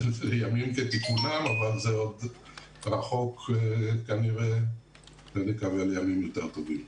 לימים כתיקונם אבל זה כנראה עוד רחוק ונקווה לימים יותר טובים.